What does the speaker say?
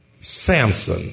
Samson